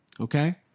Okay